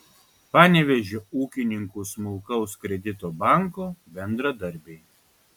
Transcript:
panevėžio ūkininkų smulkaus kredito banko bendradarbiai